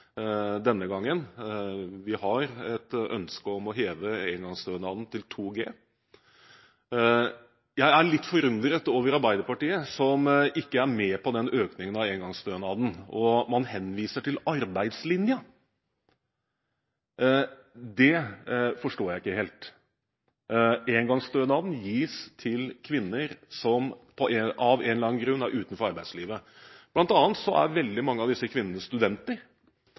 denne gangen. Vi har et ønske om å heve engangsstønaden til 2 G. Jeg er litt forundret over Arbeiderpartiet, som ikke er med på økningen av engangsstønaden, og man henviser til arbeidslinja. Det forstår jeg ikke helt. Engangsstønaden gis til kvinner som av en eller annen grunn er utenfor arbeidslivet. Blant annet er veldig mange av disse kvinnene studenter